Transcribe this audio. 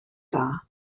dda